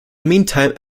meantime